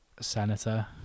senator